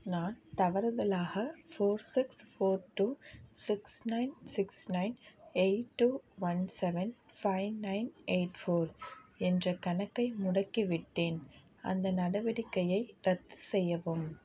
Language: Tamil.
நான் தவறுதலாக four six four two six nine six nine eight two one seven five nine eight four என்ற கணக்கை முடக்கிவிட்டேன் அந்த நடவடிக்கையை ரத்து செய்யவும்